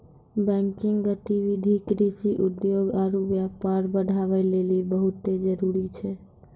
banking गतिविधि कृषि, उद्योग आरु व्यापार बढ़ाबै लेली बहुते जरुरी छै